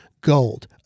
Gold